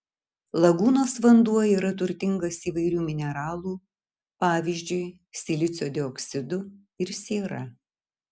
lagūnos vanduo yra turtingas įvairių mineralų pavyzdžiui silicio dioksidu ir siera